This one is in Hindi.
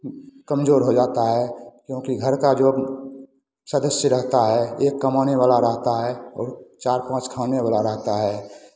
कमजोर हो जाता है क्योंकि घर का जो सदस्य रहता है एक कमाने वाला रहता है और चार पाँच खाने वाला रहता है